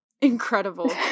Incredible